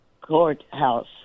courthouse